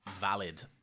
valid